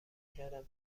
کردم